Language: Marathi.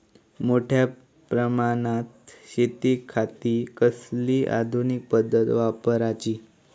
मोठ्या प्रमानात शेतिखाती कसली आधूनिक पद्धत वापराची?